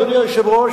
אדוני היושב-ראש,